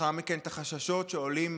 ולאחר מכן, את החששות שעולים